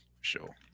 Sure